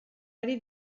ari